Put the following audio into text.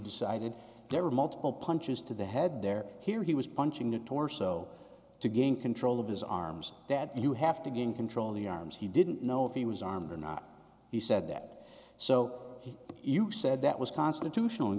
decided there were multiple punches to the head there here he was punching the torso to gain control of his arms that you have to gain control of the arms he didn't know if he was armed or not he said that so you said that was constitutional